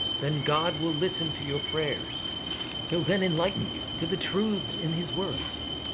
then god will listen to your prayers. he'll then enlighten you to the truths in his words.